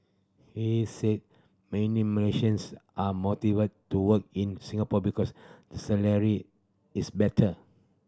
he said many Malaysians are motivated to work in Singapore because the salary is better